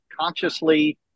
consciously